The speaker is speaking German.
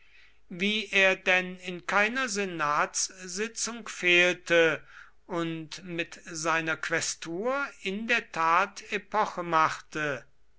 wie er denn in keiner senatssitzung fehlte und mit seiner quästur in der tat epoche machte